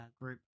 group